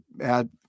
add